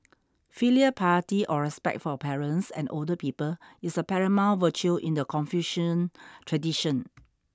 filial piety or respect for parents and older people is a paramount virtue in the Confucian tradition